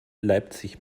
leipzig